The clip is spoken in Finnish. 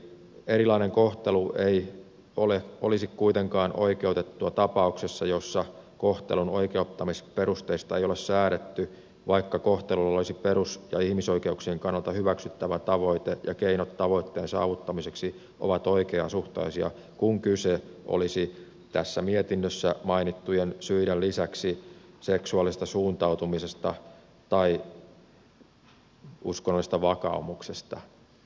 erilainen kohtelu ei olisi kuitenkaan oikeutettua tapauksessa jossa kohtelun oikeuttamisperusteista ei ole säädetty vaikka kohtelulla olisi perus ja ihmisoikeuksien kannalta hyväksyttävä tavoite ja keinot tavoitteet saavuttamiseksi ovat oikeasuhtaisia kun kyse olisi tässä mietinnössä mainittujen syiden lisäksi seksuaalisesta suuntautumisesta tai uskonnollisesta vakaumuksesta